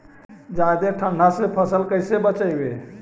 जादे ठंडा से फसल कैसे बचइबै?